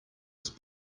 his